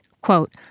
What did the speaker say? quote